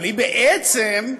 אבל בעצם,